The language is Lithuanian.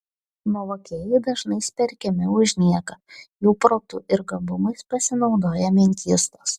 nuovokieji dažnai smerkiami už nieką jų protu ir gabumais pasinaudoja menkystos